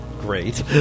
great